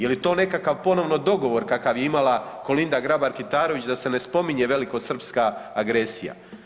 Je li to nekakav ponovno dogovor kakav je imala Kolinda Grabar Kitarović da se ne spominje velikosrpska agresija?